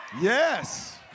Yes